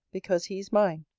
because he is mine,